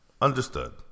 Understood